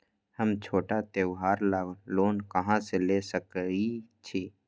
हम छोटा त्योहार ला लोन कहां से ले सकई छी?